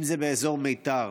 אם זה באזור מיתר,